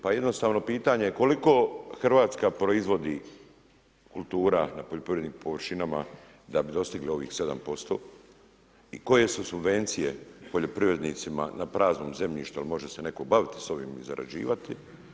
Pa jednostavno pitanje koliko Hrvatska proizvodi kultura na poljoprivrednim površinama da bi dostigli ovih 7% i koje su subvencije poljoprivrednicima na praznom zemljištu jer može se netko baviti sa ovim i zarađivati.